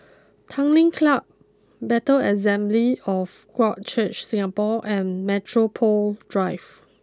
Tanglin Club Bethel Assembly of God Church Singapore and Metropole Drive